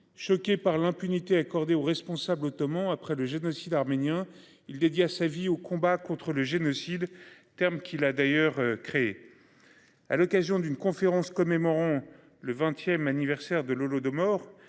Choquée par l'impunité accordée aux responsables ottoman après le génocide arménien il dédia sa vie au combat contre le génocide, terme qu'il a d'ailleurs créé. À l'occasion d'une conférence commémorant le 20ème anniversaire de l'Holodomor